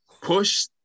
push